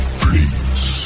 please